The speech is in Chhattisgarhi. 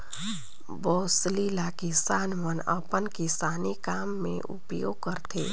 बउसली ल किसान मन अपन किसानी काम मे उपियोग करथे